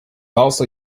also